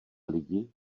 lidi